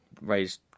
raised